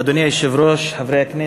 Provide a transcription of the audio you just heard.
אדוני היושב-ראש, חברי הכנסת,